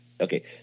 Okay